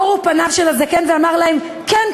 אורו פניו של הזקן ואמר להם: כן,